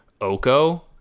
Oko